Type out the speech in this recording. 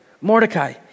Mordecai